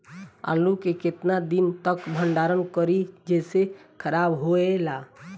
आलू के केतना दिन तक भंडारण करी जेसे खराब होएला?